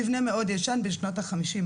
זה מבנה מאוד ישן שבנו אותו בשנות ה-50,